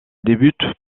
débute